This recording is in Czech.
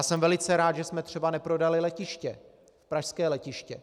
Jsem velice rád, že jsme třeba neprodali letiště, pražské letiště.